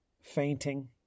fainting